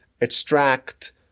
extract